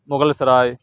Mughal Sarai